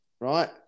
right